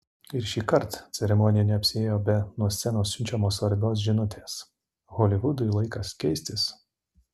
ir šįkart ceremonija neapsiėjo be nuo scenos siunčiamos svarbios žinutės holivudui laikas keistis